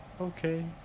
Okay